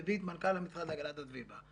מביא את מנכ"ל המשרד להגנת הסביבה,